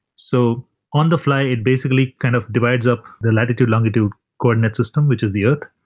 so on the fly, it basically kind of divides up the latitude-longitude coordinate system, which is the earth,